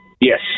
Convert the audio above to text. Yes